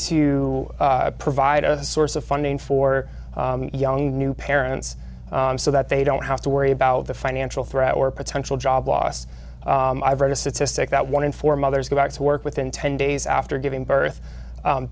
to provide a source of funding for young new parents so that they don't have to worry about the financial threat or potential job loss i've read a statistic that one in four mothers go back to work within ten days after giving birth